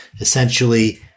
Essentially